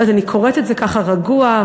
אני קוראת את זה ככה רגוע,